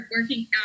working